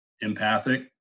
empathic